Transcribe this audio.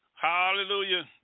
Hallelujah